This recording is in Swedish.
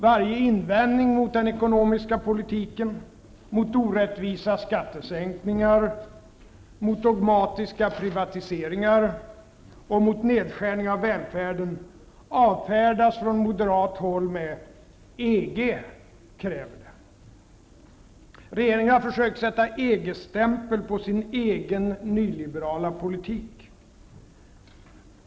Varje invändning mot den ekonomiska politiken, mot orättvisa skattesänkningar, mot dogmatiska privatiseringar och mot nedskärningar av välfärden, avfärdas från moderat håll med ''EG kräver det''. Regeringen har försökt att sätta EG-stämpel på sin egen nyliberala politik.